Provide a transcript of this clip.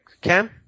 Cam